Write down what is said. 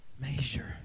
Measure